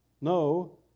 no